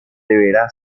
deberá